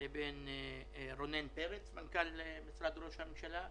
לרונן פרץ, מנכ"ל משרד ראש הממשלה,